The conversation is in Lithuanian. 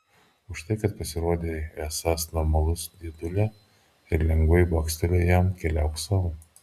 už tai kad pasirodei esąs normalus dėdulė ir lengvai bakstelėjo jam keliauk sau